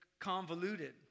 convoluted